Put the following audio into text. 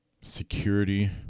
Security